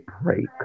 break